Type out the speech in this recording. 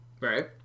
Right